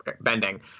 bending